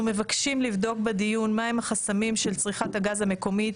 אנחנו מבקשים לבדוק בדיון מהם החסמים של צריכה הגז המקומית?